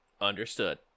Understood